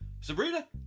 Sabrina